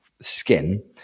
skin